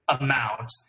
amount